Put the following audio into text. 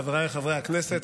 חבריי חברי הכנסת,